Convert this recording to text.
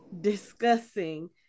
discussing